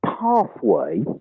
pathway